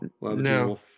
No